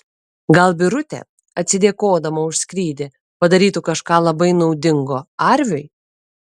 gal birutė atsidėkodama už skrydį padarytų kažką labai naudingo arviui